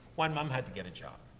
one, mom had to get a job.